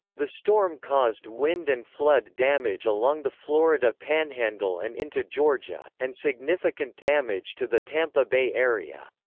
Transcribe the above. the storm caused wind and flood damage along the florida panhandle and into georgia, and significant damage to the tampa bay area.